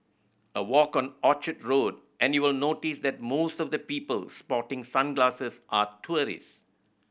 a walk on Orchard Road and you'll notice that most of the people sporting sunglasses are tourist